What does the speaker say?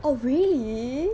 oh really